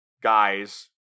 guys